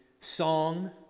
song